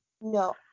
No